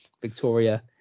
Victoria